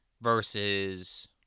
versus